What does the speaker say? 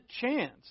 chance